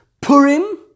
Purim